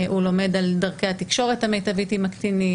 הוא לומד על דרכי התקשורת המיטבית עם הקטינים.